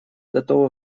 готова